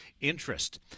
interest